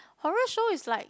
horror show is like